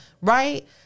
Right